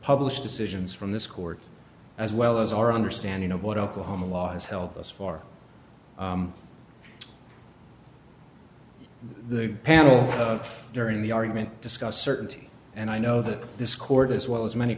publish decisions from this court as well as our understanding of what oklahoma law is help us for the panel during the argument discuss certainty and i know that this court as well as many